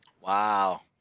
Wow